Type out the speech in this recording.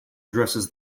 addresses